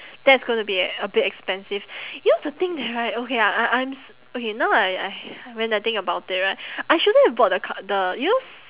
that's gonna be e~ a bit expensive you know the thing that right okay I I I'm s~ okay now I I when I think about it right I shouldn't have bought the c~ you know ps~